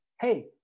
hey